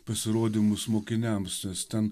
pasirodymus mokiniams ten